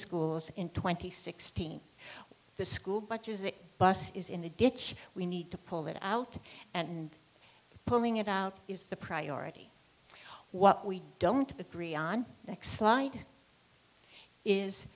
schools in twenty sixteen the school budgets the bus is in a ditch we need to pull that out and pulling it out is the priority what we don't agree on next slide is